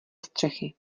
střechy